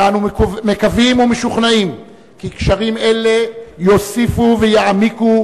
ואנו מקווים ומשוכנעים כי קשרים אלה יוסיפו ויעמיקו,